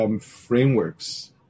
Frameworks